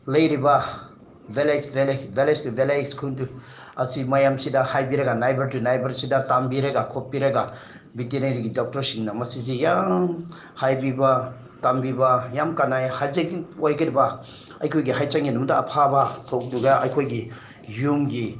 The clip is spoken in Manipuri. ꯂꯩꯔꯤꯕ ꯚꯤꯂꯦꯖ ꯚꯤꯂꯦꯖ ꯚꯤꯂꯦꯖ ꯚꯤꯂꯦꯖ ꯈꯨꯟꯗꯨ ꯑꯁꯤ ꯃꯌꯥꯝꯁꯤꯗ ꯍꯥꯏꯕꯤꯔꯒ ꯅꯥꯏꯕꯔ ꯇꯨ ꯅꯥꯏꯕꯔꯁꯤꯗ ꯇꯝꯕꯤꯔꯒ ꯈꯣꯠꯄꯤꯔꯒ ꯚꯦꯇꯤꯅꯔꯤꯒꯤ ꯗꯣꯛꯇꯔꯁꯤꯡꯅ ꯃꯁꯤꯁꯦ ꯌꯥꯝ ꯍꯥꯏꯕꯤꯕ ꯇꯝꯕꯤꯕ ꯌꯥꯝ ꯀꯥꯟꯅꯩ ꯍꯥꯏꯖꯤꯅꯤꯛ ꯑꯣꯏꯒꯗꯕ ꯑꯩꯈꯣꯏꯒꯤ ꯍꯛꯆꯥꯡꯒꯤꯗꯃꯛꯇ ꯑꯐꯕ ꯊꯕꯛꯇꯨꯒ ꯑꯩꯈꯣꯏꯒꯤ ꯌꯨꯝꯒꯤ